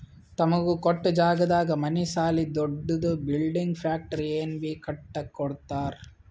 ತಮಗ ಕೊಟ್ಟ್ ಜಾಗದಾಗ್ ಮನಿ ಸಾಲಿ ದೊಡ್ದು ಬಿಲ್ಡಿಂಗ್ ಫ್ಯಾಕ್ಟರಿ ಏನ್ ಬೀ ಕಟ್ಟಕೊತ್ತರ್